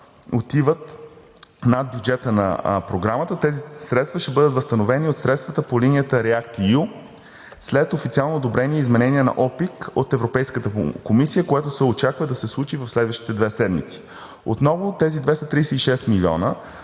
отиват над бюджета на Програмата. Тези средства ще бъдат възстановени от средствата по линията Rеact-eu след официално одобрение и изменение на ОПИК от Европейската комисия, което се очаква да се случи в следващите две седмици. Отново тези 236 милиона